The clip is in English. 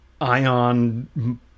ion